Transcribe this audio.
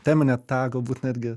teminė ta galbūt netgi